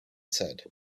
said